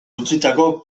utzitako